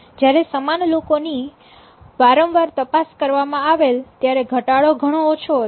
જ્યારે સમાન લોકોની વારંવાર તપાસ કરવામાં આવેલ ત્યારે ઘટાડો ઘણો ઓછો હતો